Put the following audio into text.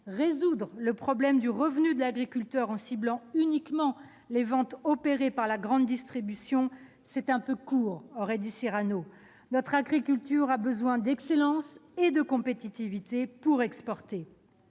résoudre le problème du revenu de l'agriculteur en ciblant uniquement les ventes opérées par la grande distribution, c'est un peu court, comme aurait dit Cyrano ! Notre agriculture a besoin d'excellence et de compétitivité pour exporter.